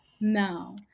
no